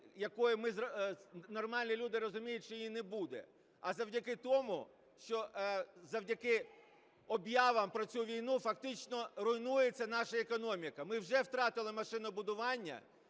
якої, нормальні люди розуміють, що її не буде, а завдяки тому, що завдяки об'явам про цю війну фактично руйнується наша економіка. Ми вже втратили машинобудування